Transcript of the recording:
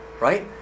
right